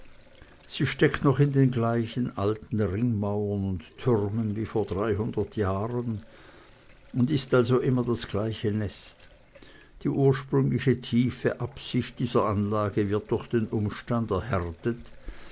sie steckt noch in den gleichen alten ringmauern und türmen wie vor dreihundert jahren und ist also immer das gleiche nest die ursprüngliche tiefe absicht dieser anlage wird durch den umstand erhärtet